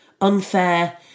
unfair